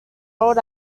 old